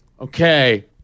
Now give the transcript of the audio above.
Okay